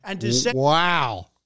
Wow